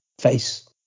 Face